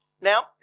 Now